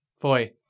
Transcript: boy